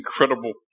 incredible